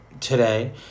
today